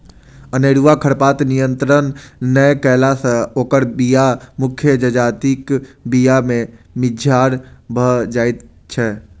अनेरूआ खरपातक नियंत्रण नै कयला सॅ ओकर बीया मुख्य जजातिक बीया मे मिज्झर भ जाइत छै